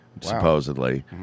supposedly